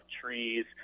trees